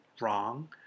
wrong